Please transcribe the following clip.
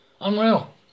Unreal